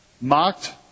mocked